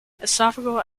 esophageal